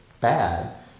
bad